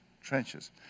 trenches